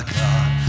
god